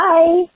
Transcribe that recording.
Bye